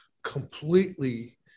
completely